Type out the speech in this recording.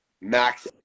max